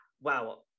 wow